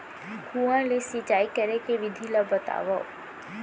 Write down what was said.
कुआं ले सिंचाई करे के विधि ला बतावव?